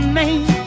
name